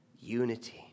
unity